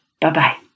Bye-bye